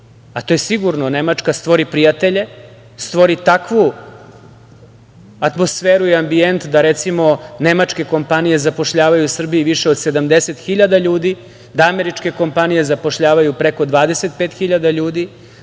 a to je sigurno Nemačka, stvori prijatelje, stvori takvu atmosferu i ambijent da, recimo, nemačke kompanije zapošljavaju u Srbiji više od 70.000 ljudi, da američke kompanije zapošljavaju preko 25.000